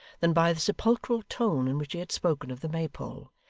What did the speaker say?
than by the sepulchral tone in which he had spoken of the maypole.